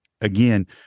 again